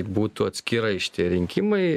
būtų atskirai šitie rinkimai